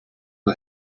who